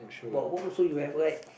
but what also you have right